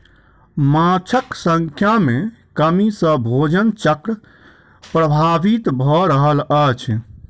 माँछक संख्या में कमी सॅ भोजन चक्र प्रभावित भ रहल अछि